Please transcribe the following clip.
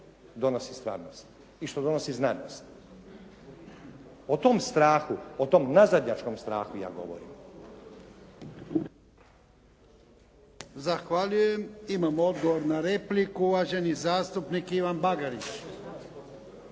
donosi stvarnost i što donosi znanost. O tom strahu, o tom nazadnjačkom strahu ja govorim. **Jarnjak, Ivan (HDZ)** Imamo odgovor na repliku uvaženi Ivan Bagarić.